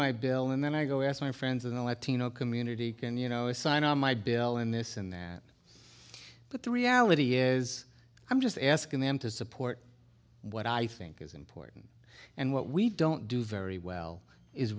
my bill and then i go as my friends in the latino community and you know i sign on my bill and this and that but the reality is i'm just asking them to support what i think is important and what we don't do very well is